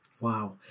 Wow